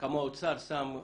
כמה האוצר שם.